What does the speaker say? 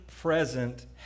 present